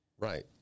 Right